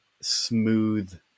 smooth